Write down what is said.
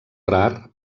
rar